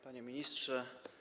Panie Ministrze!